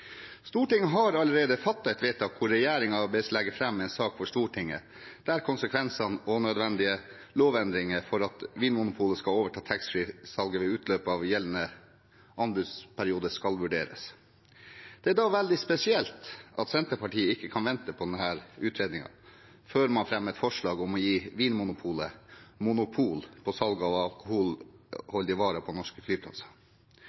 Stortinget har allerede fattet et vedtak der regjeringen bes legge fram en sak for Stortinget der konsekvensene av og nødvendige lovendringer for at Vinmonopolet skal overta taxfree-salget ved utløpet av gjeldende anbudsperiode, skal vurderes. Det er da veldig spesielt at Senterpartiet ikke kan vente på denne utredningen før de fremmer et forslag om å gi Vinmonopolet monopol på salg av alkoholholdige varer på norske flyplasser.